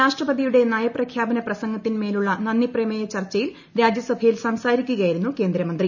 രാഷ്ട്രപതിയുടെ നയപ്രഖ്യാപന പ്രസംഗത്തിൻ മേലുള്ള നന്ദി പ്രമേയ ചർച്ചയിൽ രാജ്യസഭയിൽ സംസാരിക്കുകയായിരുന്നു കേന്ദ്രമന്ത്രി